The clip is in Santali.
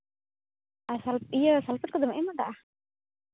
ᱟᱨ ᱤᱭᱟᱹ ᱥᱟᱞᱯᱷᱮᱴ ᱠᱚᱫᱚᱢ ᱮᱢ ᱟᱠᱟᱜᱼᱟ